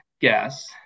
guess